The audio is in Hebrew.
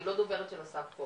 אני לא דוברת של השר פורר,